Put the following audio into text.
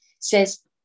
says